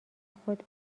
خود